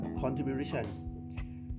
contribution